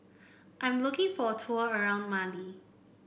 I'm looking for a tour around Mali